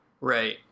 Right